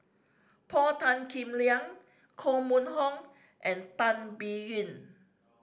Paul Tan Kim Liang Koh Mun Hong and Tan Biyun